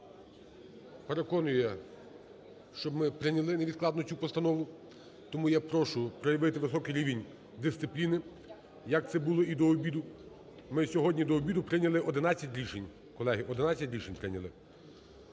переконує, щоб ми прийняли невідкладно цю постанову. Тому я прошу проявити високий рівень дисципліни, як це було і до обіду, ми сьогодні до обіду прийняли 11 рішень,